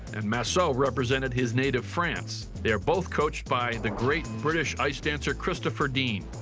and massot represented his native france. they are both coached by the great british ice dancer christopher dean.